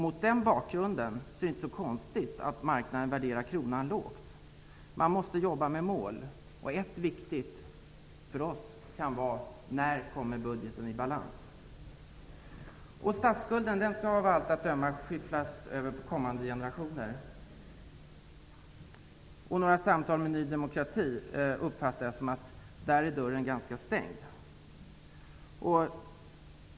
Mot den bakgrunden är det inte så konstigt att marknaden värderar kronan lågt. Man måste jobba med mål, och ett viktigt, för oss, kan vara: När kommer budgeten i balans? Statsskulden skall av allt att döma skyfflas över på kommande generationer, och för samtal med Ny demokrati uppfattar jag att dörren är ganska stängd.